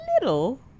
little